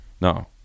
No